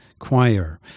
choir